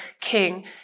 king